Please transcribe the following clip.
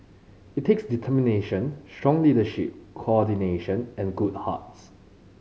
it takes determination strong leadership coordination and good hearts